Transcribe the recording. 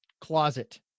closet